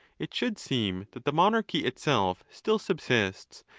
it should seem that the monarchy itself still subsists,